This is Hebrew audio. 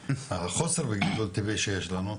חוסר גידול טבעי שיש לנו,